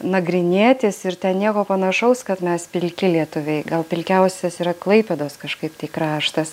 nagrinėtis ir ten nieko panašaus kad mes pilki lietuviai gal pilkiausias yra klaipėdos kažkaip tai kraštas